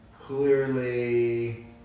clearly